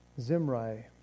Zimri